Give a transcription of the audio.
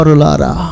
lara